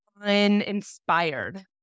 uninspired